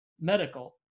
medical